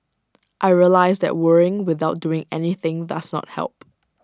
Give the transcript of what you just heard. I realised that worrying without doing anything does not help